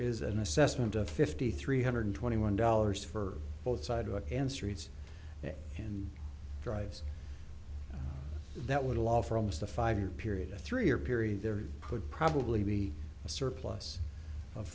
is an assessment of fifty three hundred twenty one dollars for both sides and streets and drives that would allow for almost a five year period a three year period there could probably be a surplus of